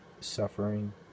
suffering